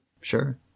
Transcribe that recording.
Sure